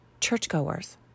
churchgoers